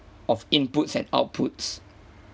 of inputs and outputs